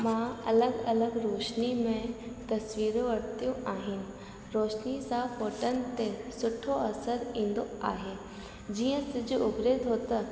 मां अलॻि अलॻि रोशनी में तस्वीरूं वरितियूं आहिनि रोशनी सां फोटनि ते सुठो असरु ईंदो आहे जीअं सिज उभिरे थो त